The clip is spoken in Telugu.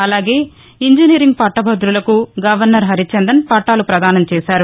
అలాగే ఇంజనీరింగ్ పట్టభదులకు గవర్నర్ హరిచందన్ పట్లాలు పదానం చేశారు